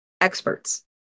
experts